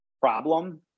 problem